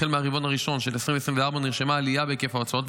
החל מהרבעון הראשון של 2024 נרשמה עלייה בהיקף ההוצאות,